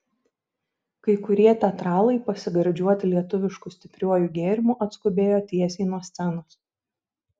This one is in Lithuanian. kai kurie teatralai pasigardžiuoti lietuvišku stipriuoju gėrimu atskubėjo tiesiai nuo scenos